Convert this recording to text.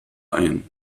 ein